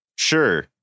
Sure